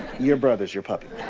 your brother's your puppy.